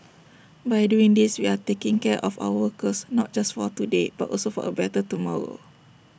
by doing these we are taking care of our workers not just for today but also for A better tomorrow